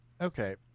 Okay